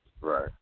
Right